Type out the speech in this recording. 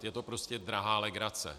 Je to prostě drahá legrace.